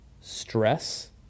stress